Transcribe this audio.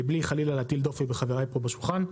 מבלי חלילה להטיל דופי בחברי פה בשולחן,